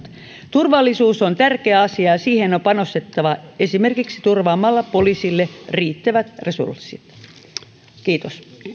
turvallisuus on tärkeä asia ja siihen on panostettava esimerkiksi turvaamalla poliisille riittävät resurssit